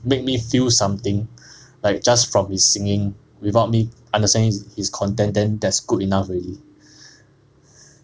make me feel something like just from his singing without me understand his content then that's good enough already